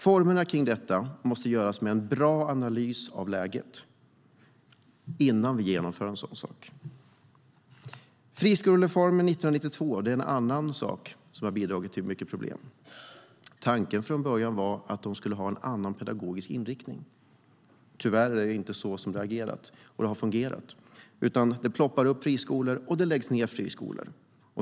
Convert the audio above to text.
Formerna för detta måste göras med en bra analys av läget innan vi genomför en sådan sak. Friskolereformen 1992 är en annan sak som bidragit till mycket problem. Tanken från början var att de skulle ha en annan pedagogisk inriktning. Tyvärr är det inte så man har agerat, och det har inte fungerat så. Det ploppar upp friskolor, och det läggs ned friskolor.